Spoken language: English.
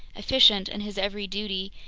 efficient in his every duty,